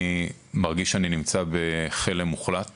אני מרגיש שאני נמצא בחלם מוחלט